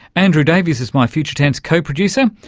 andrew davies is my future tense co-producer.